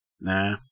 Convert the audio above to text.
Nah